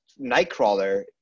Nightcrawler